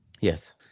Yes